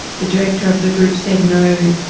the director of the group said no,